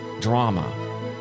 drama